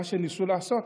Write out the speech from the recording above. מה שניסו לעשות,